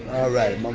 all right, um um